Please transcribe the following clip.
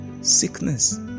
sickness